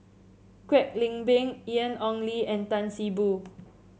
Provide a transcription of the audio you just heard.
Kwek Leng Beng Ian Ong Li and Tan See Boo